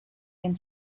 can